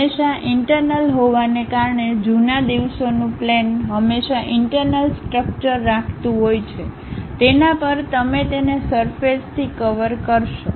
હંમેશાં ઇન્ટર્નલ હોવાને કારણે જૂના દિવસોનું પ્લેન હંમેશાં ઇન્ટર્નલ સ્ટ્રક્ચર રાખતું હોય છે તેના પર તમે તેને સરફેસથી કવર કરશો